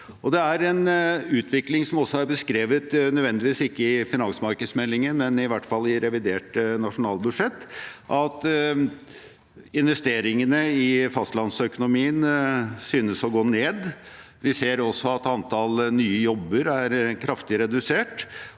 er også en utvikling som er beskrevet ikke nødvendigvis i finansmarkedsmeldingen, men i hvert fall i revidert nasjonalbudsjett, nemlig at investeringene i fastlandsøkonomien synes å gå ned. Vi ser også at antall nye jobber er kraftig redusert,